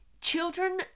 Children